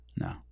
No